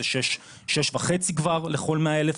זה 6.5 כבר לכל 100 אלף,